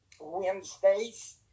Wednesdays